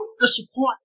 disappoint